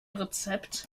rezept